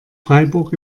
freiburg